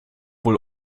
wohl